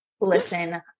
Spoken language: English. listen